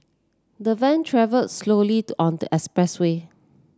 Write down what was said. the van travelled slowly on the expressway